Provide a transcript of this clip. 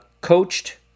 Coached